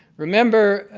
remember,